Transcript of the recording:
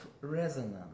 resonance